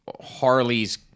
Harley's